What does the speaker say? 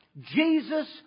Jesus